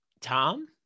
Tom